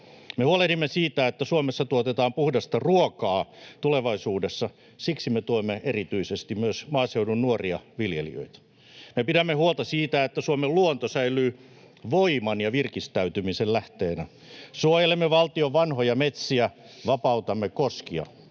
Me huolehdimme siitä, että Suomessa tuotetaan puhdasta ruokaa tulevaisuudessa. Siksi me tuemme erityisesti myös maaseudun nuoria viljelijöitä. Me pidämme huolta siitä, että Suomen luonto säilyy voiman ja virkistäytymisen lähteenä. Suojelemme valtion vanhoja metsiä, vapautamme koskia.